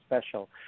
special